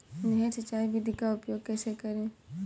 नहर सिंचाई विधि का उपयोग कैसे करें?